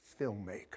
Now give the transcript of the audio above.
filmmaker